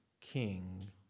king